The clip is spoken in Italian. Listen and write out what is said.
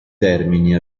termini